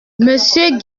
monsieur